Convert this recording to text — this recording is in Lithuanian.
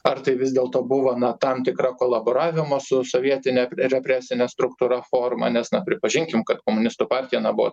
ar tai vis dėlto buvo na tam tikra kolaboravimo su sovietine represine struktūra forma nes na pripažinkim kad komunistų partija na buvo